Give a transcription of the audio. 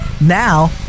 Now